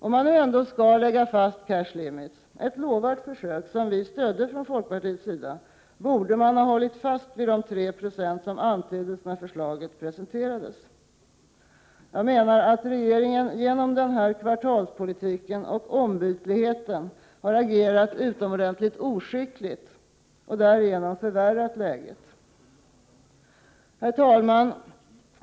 Om man nu ändå skulle lägga fast cash limits — ett lovvärt försök som vi i folkpartiet stödde — borde man ha hållit fast vid de 3 20 som antyddes när förslaget presenterades. Jag menar att regeringen genom denna kvartalspolitik och ombytlighet har agerat utomordentligt oskickligt och därigenom förvärrat läget. Herr talman!